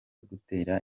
gutera